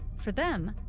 for them,